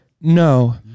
No